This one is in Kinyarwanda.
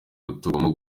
guturwamo